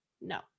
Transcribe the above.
no